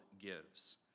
gives